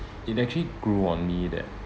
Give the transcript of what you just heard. it actually grew on me that